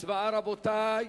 הצבעה, רבותי.